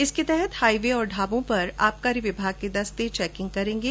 इसके तहत हाईवे और ढाबों पर आबकारी विभाग के दस्ते चैकिंग करेंगे